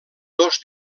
dos